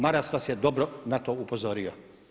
Maras vas je dobro na to upozorio.